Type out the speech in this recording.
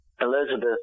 Elizabeth